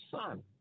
son